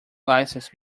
licence